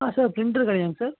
ஆ sir printer கடையாங்க sir